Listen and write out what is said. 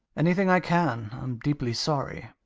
anything i can. i'm deeply sorry.